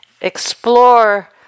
explore